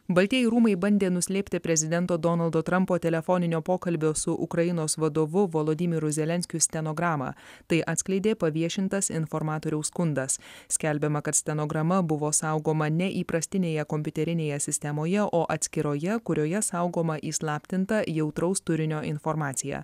baltieji rūmai bandė nuslėpti prezidento donaldo trampo telefoninio pokalbio su ukrainos vadovu volodymyru zelenskiu stenogramą tai atskleidė paviešintas informatoriaus skundas skelbiama kad stenograma buvo saugoma ne įprastinėje kompiuterinėje sistemoje o atskiroje kurioje saugoma įslaptinta jautraus turinio informacija